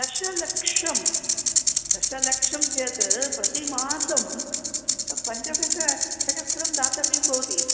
दशलक्षं दशलक्षं चेत् प्रति मासं पञ्चदश सहस्रं दातव्यं भवति